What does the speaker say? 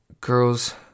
Girls